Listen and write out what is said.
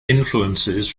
influences